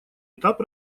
этап